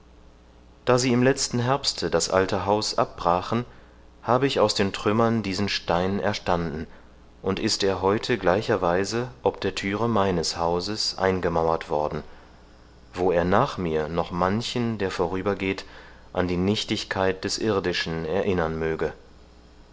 da sie im letzten herbste das alte haus abbrachen habe ich aus den trümmern diesen stein erstanden und ist er heute gleicherweise ob der thüre meines hauses eingemauert worden wo er nach mir noch manchen der vorübergeht an die nichtigkeit des irdischen erinnern möge